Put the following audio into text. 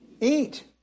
eat